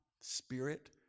spirit